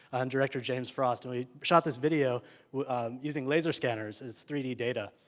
and director james frost, and we shot this video using laser scanners as three d data.